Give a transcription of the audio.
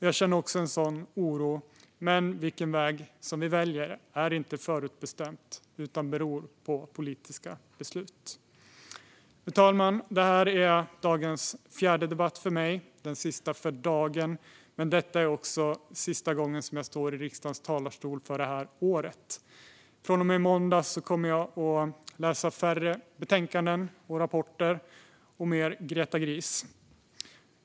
Jag känner också en sådan oro. Men vilken väg vi väljer är inte förutbestämt utan beror på politiska beslut. Fru talman! Det här är dagens fjärde debatt för mig. Det är den sista för dagen för mig, men det är också sista gången som jag står i riksdagens talarstol för det här året. Från och med måndag kommer jag att läsa färre betänkanden och rapporter och fler böcker om Greta Gris.